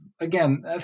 again